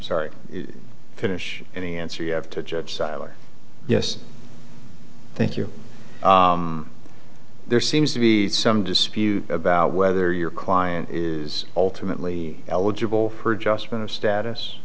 sorry finish any answer you have to judge seiler yes thank you there seems to be some dispute about whether your client is ultimately eligible for adjustment of status